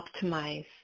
optimize